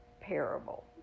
parable